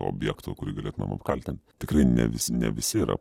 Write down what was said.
objekto kurį galėtumėm apkaltint tikrai ne visi ne visi yra